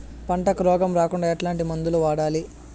పంటకు రోగం రాకుండా ఎట్లాంటి మందులు వాడాలి?